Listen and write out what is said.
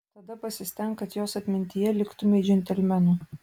tada pasistenk kad jos atmintyje liktumei džentelmenu